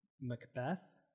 Macbeth